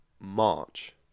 March